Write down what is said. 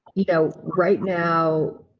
you know, right now